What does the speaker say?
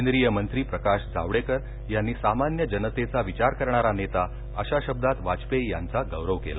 केंद्रीय मंत्री प्रकाश जावडेकर यांनी सामान्य जनतेचा विचार करणारा नेता अशा शब्दात वाजपेयी यांचा गौरव केला